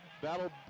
That'll